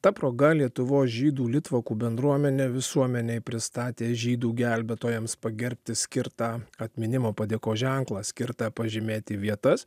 ta proga lietuvos žydų litvakų bendruomenė visuomenei pristatė žydų gelbėtojams pagerbti skirtą atminimo padėkos ženklą skirtą pažymėti vietas